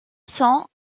sont